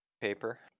Paper